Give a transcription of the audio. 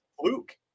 Luke